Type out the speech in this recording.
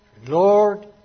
Lord